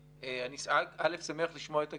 ראשית, אני שמח לשמוע את הגישה,